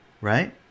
right